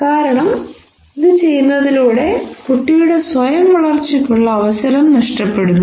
കാരണം ഇത് ചെയ്യുന്നതിലൂടെ കുട്ടിയുടെ സ്വയം വളർച്ചയ്ക്കുള്ള അവസരം നഷ്ടപ്പെടുന്നു